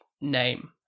name